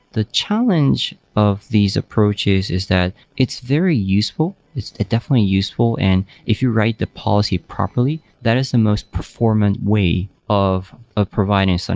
the challenge of these approaches is that it's very useful. it's definitely useful. and if you write the policy properly, that is the most performant way of of providing, so and